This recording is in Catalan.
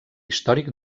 històric